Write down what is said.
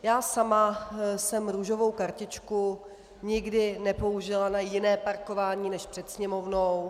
Já sama jsem růžovou kartičku nikdy nepoužila na jiné parkování než před Sněmovnou.